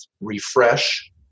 refresh